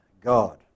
God